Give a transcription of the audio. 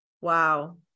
wow